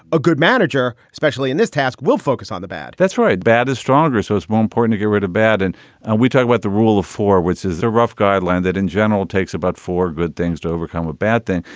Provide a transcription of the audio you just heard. a good manager, especially in this task, will focus on the bad that's right. bad is stronger. so it's more important to get rid of bad. and we talked about the rule of four words as a rough guideline that in general takes about four good things to overcome a bad thing.